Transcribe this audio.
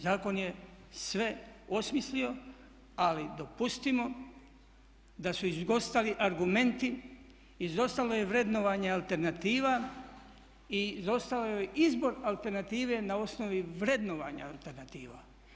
Zakon je sve osmislio, ali dopustimo da su izostali argumenti, izostalo je vrednovanje alternativa i izostao je izbor alternative na osnovi vrednovanja alternativa.